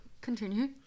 Continue